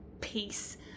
peace